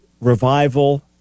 revival